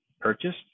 purchased